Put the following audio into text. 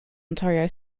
ontario